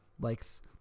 likes